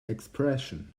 expression